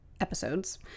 episodes